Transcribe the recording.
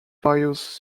various